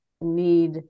need